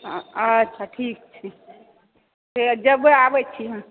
अच्छा ठीक छै हे जेबै आबै छियै हम